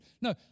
No